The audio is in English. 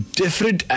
different